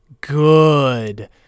good